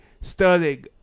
Sterling